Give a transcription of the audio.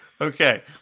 Okay